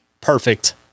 perfect